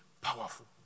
powerful